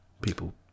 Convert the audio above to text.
People